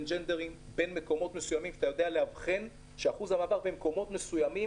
אתה יכול לאבחן שאחוז המעבר במקומות מסוימים